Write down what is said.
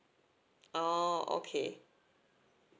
oh okay